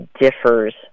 differs